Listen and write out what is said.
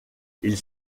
ils